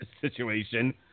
situation